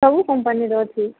ସବୁ କମ୍ପାନୀର ଅଛି